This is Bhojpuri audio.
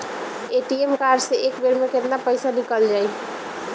ए.टी.एम कार्ड से एक बेर मे केतना पईसा निकल जाई?